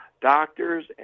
doctors